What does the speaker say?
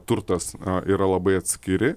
turtas yra labai atskiri